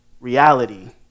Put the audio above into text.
reality